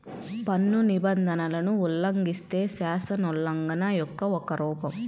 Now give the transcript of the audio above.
పన్ను నిబంధనలను ఉల్లంఘిస్తే, శాసనోల్లంఘన యొక్క ఒక రూపం